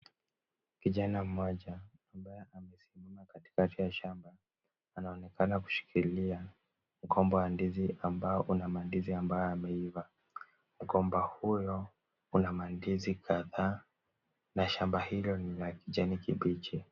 Kijana mmoja ambaye amesimama kati kati ya shamba, anaoneana kushikilia mgomba wa ndizi ambao una mandizi ambayo yameiva. Mgomba huyo una mandizi kadhaa na shamba hilo ni la kijani kibichi.